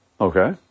Okay